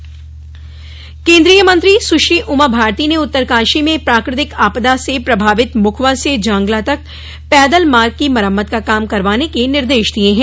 मरम्मत केंद्रीय मंत्री सुश्री उमा भारती ने उत्तरकाशी में प्राकृतिक आपदा से प्रभावित मुखवा से जांगला तक पैदल मार्ग की मरम्मत का काम करवाने के निर्देश दिए हैं